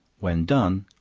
when done,